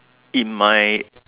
in my